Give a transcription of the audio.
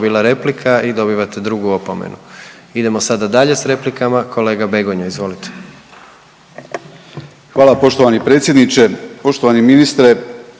Hvala poštovani predsjedniče. Poštovani ministre